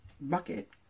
Bucket